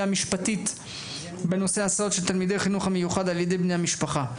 המשפטית בנושא ההסעות של תלמידי החינוך המיוחד על ידי בני משפחה.